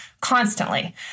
constantly